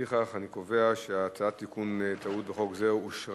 לפיכך אני קובע שהצעת תיקון טעות בחוק זה אושרה,